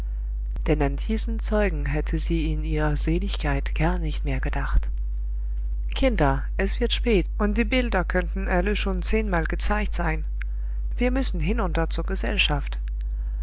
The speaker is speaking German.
denn an diesen zeugen hatte sie in ihrer seligkeit gar nicht mehr gedacht kinder es wird spät und die bilder könnten alle schon zehnmal gezeigt sein wir müssen hinunter zur gesellschaft